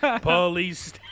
Police